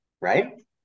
right